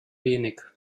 wenig